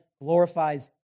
glorifies